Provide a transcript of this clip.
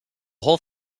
whole